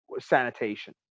sanitation